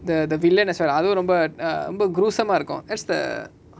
the the villain as well அதுவு ரொம்ப:athuvu romba at err ரொம்ப:romba gruesome ah இருக்கு:iruku that's the